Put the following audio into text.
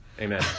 Amen